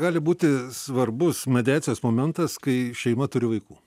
gali būti svarbus mediacijos momentas kai šeima turi vaikų